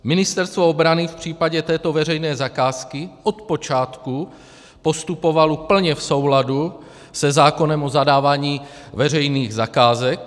Ministerstvo obrany v případě této veřejné zakázky od počátku postupovalo plně v souladu se zákonem o zadávání veřejných zakázek.